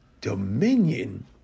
Dominion